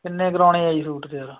ਕਿੰਨੇ ਕਰਵਾਉਣੇ ਆ ਜੀ ਸੂਟ ਤਿਆਰ